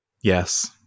Yes